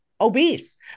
obese